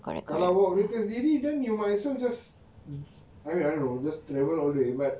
kalau bawa kereta sendiri then you might as just I mean I don't know just travel all the way but